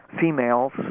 Females